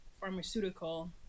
pharmaceutical